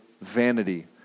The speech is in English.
vanity